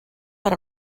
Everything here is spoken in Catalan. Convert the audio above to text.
per